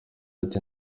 ati